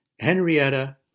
Henrietta